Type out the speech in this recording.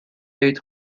عید